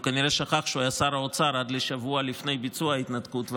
הוא כנראה שכח שהוא היה שר האוצר עד לשבוע שלפני ביצוע ההתנתקות,